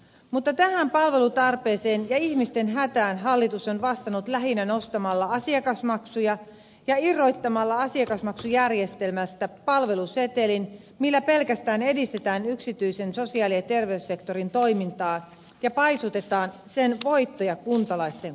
mutta tähän palvelutarpeeseen ja ihmisten hätään hallitus on vastannut lähinnä nostamalla asiakasmaksuja ja irrottamalla asiakasmaksujärjestelmästä palvelusetelin millä pelkästään edistetään yksityisen sosiaali ja terveyssektorin toimintaa ja paisutetaan sen voittoja kuntalaisten kustannuksella